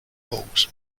pose